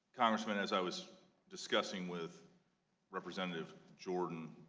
congressman, as i was discussing with representative jordan,